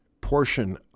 portion